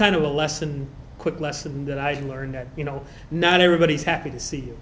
kind of a lesson quick lesson that i learned that you know not everybody is happy to see